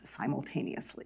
simultaneously